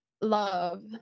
love